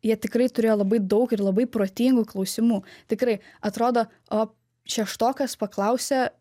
jie tikrai turėjo labai daug ir labai protingų klausimų tikrai atrodo o šeštokas paklausė